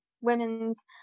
women's